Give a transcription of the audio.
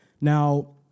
Now